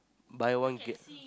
by one get